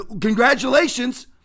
Congratulations